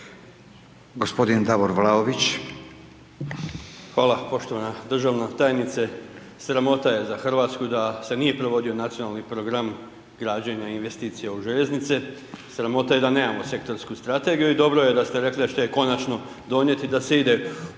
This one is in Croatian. Hvala. Poštovana državna tajnice, sramota je za Hrvatsku da se nije provodio nacionalni program građenja i investicija u željeznice, sramota je da nemamo sektorsku strategiju i dobro je da ste rekli da ćete je konačno da se ide u